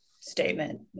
statement